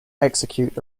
execute